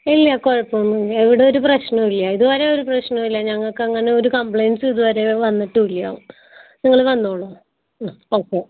ഇല്ല കുഴപ്പമൊന്നുമില്ല ഇവിടെ ഒരു പ്രശ്നവും ഇല്ല ഇത് വരെ ഒരു പ്രശ്നവും ഇല്ല ഞങ്ങൾക്ക് അങ്ങനെ ഒരു കംപ്ലെയിൻറ്സും ഇതുവരെ വന്നിട്ടും ഇല്ല നിങ്ങൾ വന്നോളൂ ഉം ഓക്കെ